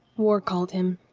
war called him.